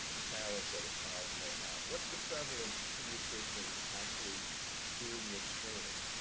challenge that a child may have what's the prevalence of pediatricians actually doing the screening.